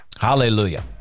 Hallelujah